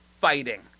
fighting